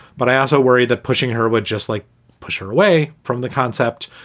but i also worry that pushing her would just like push her away from the concept.